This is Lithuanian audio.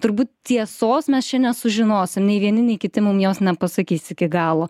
turbūt tiesos mes čia nesužinosim nei vieni nei kiti mums jos nepasakys iki galo